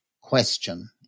question